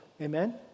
Amen